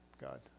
God